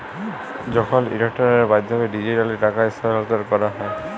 যখল ইলটারলেটের মাধ্যমে ডিজিটালি টাকা স্থালাল্তর ক্যরা হ্যয়